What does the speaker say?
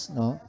no